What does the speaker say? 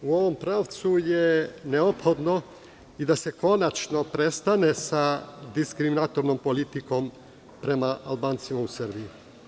U ovom pravcu je neophodno i da se konačno prestane sa diskriminatornom politikom prema Albancima u Srbiji.